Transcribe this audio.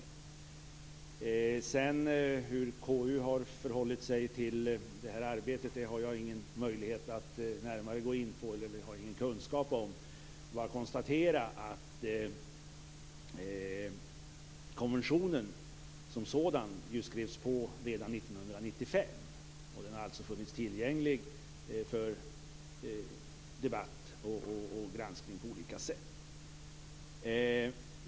Hur konstitutionsutskottet har förhållit sig till detta arbete har jag ingen möjlighet att närmare gå in på och inte heller någon kunskap om. Jag vill bara konstatera att konventionen som sådan skrevs på redan 1995, och den har alltså funnits tillgänglig för debatt och granskning på olika sätt.